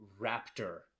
raptor